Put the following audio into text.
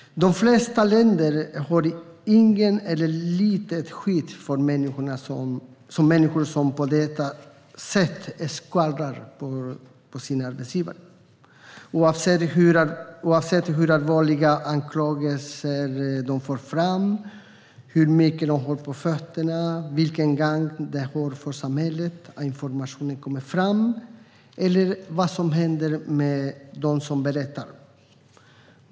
De flesta länder har inget eller litet skydd för människor som på detta sätt "skvallrar" på sin arbetsgivare, oavsett hur allvarliga anklagelser de för fram, hur mycket de har på fötterna, om det är till gagn för samhället att informationen kommer fram eller vad som händer med dem som berättar.